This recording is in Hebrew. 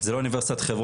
זה לא אונ' חברון,